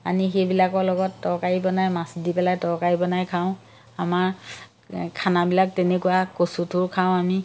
আনি সেইবিলাকৰ লগত তৰকাৰী বনাই মাছ দি পেলাই তৰকাৰী বনাই খাওঁ আমাৰ খানাবিলাক তেনেকুৱা কচুটো খাওঁ আমি